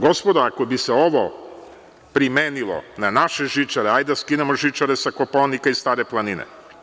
Gospodo, ako bi se ovo primenilo na naše žičare, hajde da skinemo žičare sa Kopaonika i Stare planine.